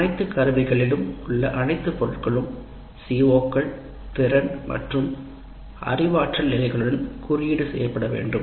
அனைத்து கருவிகளிலும் உள்ள அனைத்து பொருட்களும் CO கள் திறன் மற்றும் அறிவாற்றல் நிலைகளுடன் குறிக்கப்பட வேண்டும்